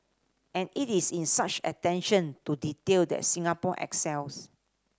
and it is in such attention to detail that Singapore excels